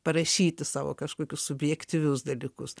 parašyti savo kažkokius subjektyvius dalykus